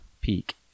peak